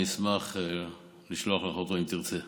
אני אשמח לשלוח לך אותו, אם תרצה.